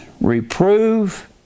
reprove